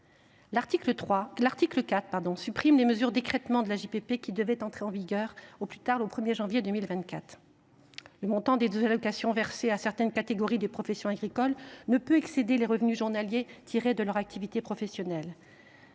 L’article 4 supprime les mesures d’écrêtement de l’AJPP, qui devaient entrer en vigueur au plus tard au 1 janvier 2024 : le montant des deux allocations versées à certaines catégories des professions agricoles n’aurait pu excéder les revenus journaliers tirés de leur activité professionnelle.